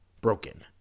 broken